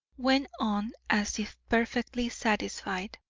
went on as if perfectly satisfied.